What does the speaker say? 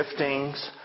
giftings